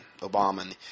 Obama